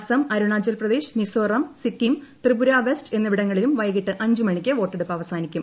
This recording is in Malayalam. അസം അരുണാചൽ പ്രദേശ് മിസോറം സിക്കിം ത്രിപുര വെസ്റ്റ് എന്നിവിടങ്ങളിലും വൈകിട്ട് അഞ്ച് മണിക്ക് വോട്ടെടുപ്പ് അവസാനിക്കും